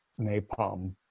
napalm